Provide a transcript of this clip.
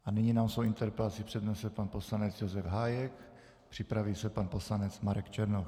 A nyní nám svoji interpelaci přednese pan poslanec Josef Hájek, připraví se pan poslanec Marek Černoch.